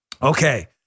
Okay